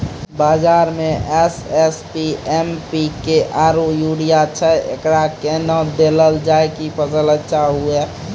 बाजार मे एस.एस.पी, एम.पी.के आरु यूरिया छैय, एकरा कैना देलल जाय कि फसल अच्छा हुये?